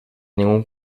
ningún